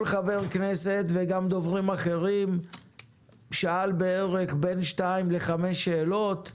כל חבר כנסת שאל 2-5 שאלות.